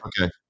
Okay